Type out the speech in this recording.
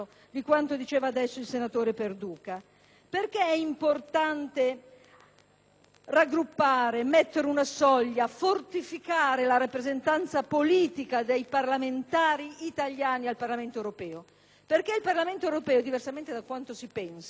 importante raggruppare, mettere una soglia, fortificare la rappresentanza politica dei parlamentari italiani al Parlamento europeo? Perché il Parlamento europeo, diversamente da quanto si pensi, è un'istituzione cruciale nella politica comunitaria e lo è divenuto sempre di più;